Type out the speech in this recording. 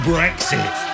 Brexit